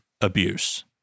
abuse